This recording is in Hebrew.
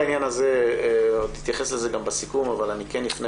בעניין הזה אני אתייחס לזה בסיכום אבל אני כן אפנה